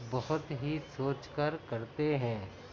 بہت ہی سوچ کر کرتے ہیں